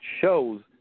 shows